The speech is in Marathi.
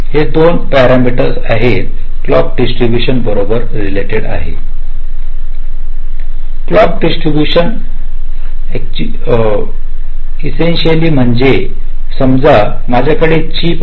हे दोन पॅरामीटसि आहेत क्लॉकडिस्टरीब्यूशन बरोबर ररलेटेि आहेत क्लॉकडिस्टरीब्यूशन इसेस्क्वशशयली म्हणजे समजा माझ्याकडे चिप आहे